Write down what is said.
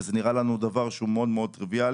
וזה נראה לנו דבר שהוא מאוד מאוד טריוויאלי.